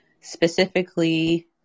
specifically